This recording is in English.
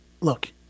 Look